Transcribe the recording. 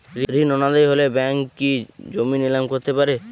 ঋণ অনাদায়ি হলে ব্যাঙ্ক কি জমি নিলাম করতে পারে?